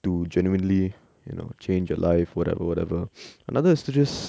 to genuinely you know change your life whatever whatever another is to just